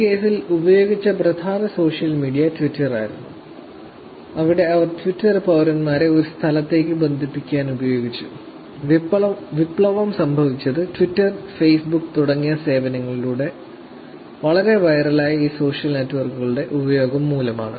ഈ കേസിൽ ഉപയോഗിച്ച പ്രധാന സോഷ്യൽ മീഡിയ ട്വിറ്ററായിരുന്നു അവിടെ അവർ ട്വിറ്റർ പൌരന്മാരെ ഒരു സ്ഥലത്തേക്ക് ബന്ധിപ്പിക്കാൻ ഉപയോഗിച്ചു വിപ്ലവം സംഭവിച്ചത് ട്വിറ്റർ ഫേസ്ബുക്ക് തുടങ്ങിയ സേവനങ്ങളിലൂടെ വളരെ വൈറലായ ഈ സോഷ്യൽ നെറ്റ്വർക്കുകളുടെ ഉപയോഗം മൂലമാണ്